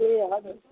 ए हजुर